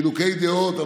עם חילוקי דעות,